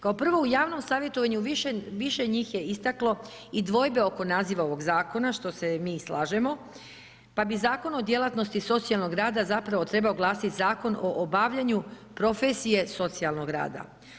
Kao prvo, u javnim savjetovanju više njih je istaklo i dvojbe oko naziva ovog zakona što se mi slažemo, pa bi Zakon o djelatnost socijalnog rada zapravo trebao glasiti Zakon o obavljanju profesije socijalnog rada.